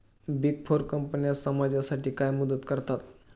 Big four कंपन्या समाजासाठी काय मदत करतात?